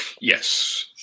yes